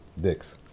dicks